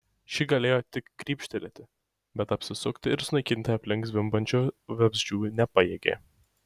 ši galėjo tik grybštelėti bet apsisukti ir sunaikinti aplink zvimbiančių vabzdžių nepajėgė